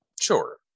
sure